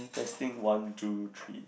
testing one two three